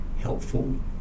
helpful